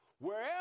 Wherever